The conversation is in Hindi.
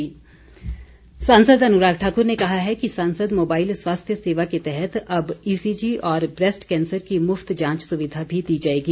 अनुराग ठाकुर सांसद अनुराग ठाकुर ने कहा है कि सांसद मोबाइल स्वास्थ्य सेवा के तहत अब ईसी जी और ब्रैस्ट कैंसर की मुफ्त जांच सुविधा भी दी जाएगी